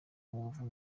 wumva